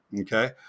Okay